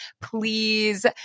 Please